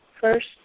first